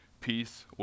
Peace